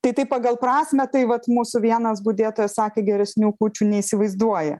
tai tai pagal prasmę tai vat mūsų vienas budėtojas sakė geresnių kūčių neįsivaizduoja